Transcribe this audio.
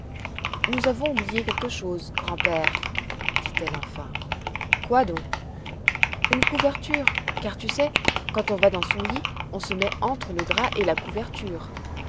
nous avons oublié quelque chose grand-père dit-elle enfin quoi donc une couverture car tu sais quand on va dans son lit on se met entre le drap et la couverture